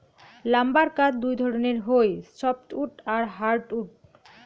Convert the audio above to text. lumber কাঠ দুই ধরণের হই সফ্টউড আর হার্ডউড